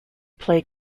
play